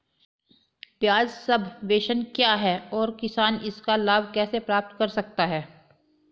ब्याज सबवेंशन क्या है और किसान इसका लाभ कैसे प्राप्त कर सकता है?